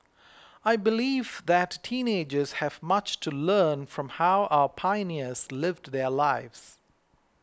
I believe that teenagers have much to learn from how our pioneers lived their lives